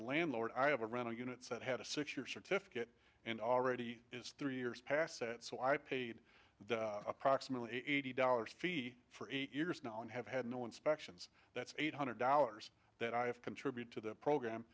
a landlord i have a rental units that had a six year certificate and already is three years passat so i paid approximately eighty dollars fee for eight years now and have had no inspections that's eight hundred dollars that i have contributed to the program